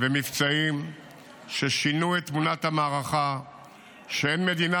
ומבצעים ששינו את תמונת המערכה ואין מדינה